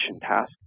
task